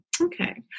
okay